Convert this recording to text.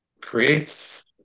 creates